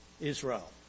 Israel